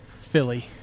Philly